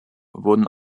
wurden